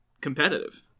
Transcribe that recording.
competitive